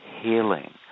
healing